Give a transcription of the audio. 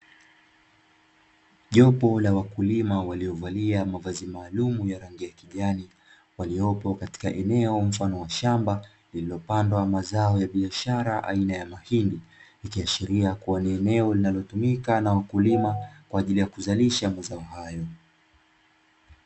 Jopo la wakulima waliovalia mavazi maalumu ya rangi ya kijani, waliopo katika eneo mfano wa shamba, lililopandwa mazao ya biashara aina ya mahindi, ikiashiria kuwa ni eneo linalotumika na wakulima kwa ajili ya kuzalisha mazao hayo.